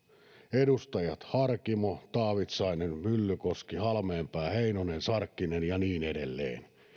edustajat harkimo taavitsainen myllykoski halmeenpää heinonen sarkkinen ja niin edelleen